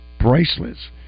Bracelets